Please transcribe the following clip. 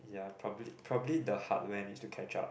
ya probably probably the hardware needs to catch up